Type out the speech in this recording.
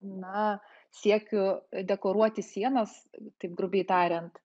na siekiu dekoruoti sienas taip grubiai tariant